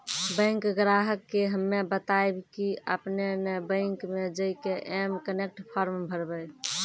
bank ग्राहक के हम्मे बतायब की आपने ने बैंक मे जय के एम कनेक्ट फॉर्म भरबऽ